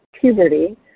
puberty